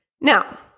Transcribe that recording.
Now